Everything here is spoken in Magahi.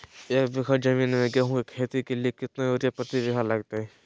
एक बिघा जमीन में गेहूं के खेती के लिए कितना यूरिया प्रति बीघा लगतय?